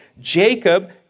Jacob